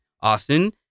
Austin